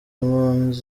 impunzi